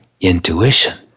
intuition